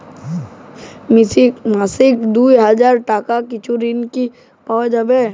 মাসিক দুই হাজার টাকার কিছু ঋণ কি পাওয়া যাবে?